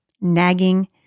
nagging